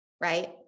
Right